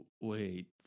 wait